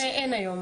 זה אין היום,